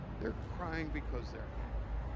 they're crying because they're happy.